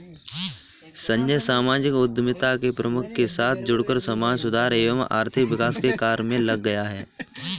संजय सामाजिक उद्यमिता के प्रमुख के साथ जुड़कर समाज सुधार एवं आर्थिक विकास के कार्य मे लग गया